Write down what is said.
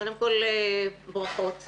קודם כול, ברכות לך,